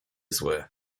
zły